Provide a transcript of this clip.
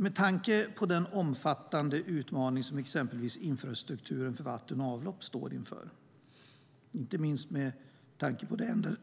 Med tanke på de omfattande utmaningar som exempelvis infrastrukturen för vatten och avlopp står inför, inte minst avseende